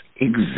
exist